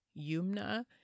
Yumna